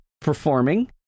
performing